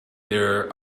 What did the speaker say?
there